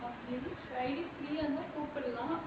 friday free ah இருந்தா கூப்பிடலாம்:irunthaa koopidalaam